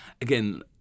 again